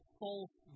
false